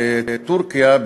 בטורקיה,